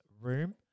room